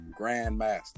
grandmaster